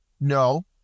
No